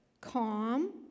calm